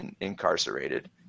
incarcerated